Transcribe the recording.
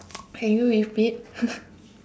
can you repeat